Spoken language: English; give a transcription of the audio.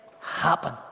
happen